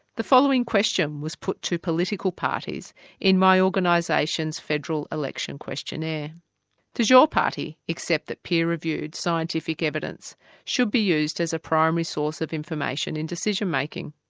the following question was put to political parties in my organisation's federal election questionnaire does your party accept that peer-reviewed scientific evidence should be used as a primary source of information in decision-making?